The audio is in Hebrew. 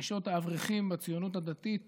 נשות האברכים בציונות הדתית